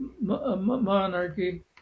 monarchy